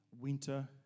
winter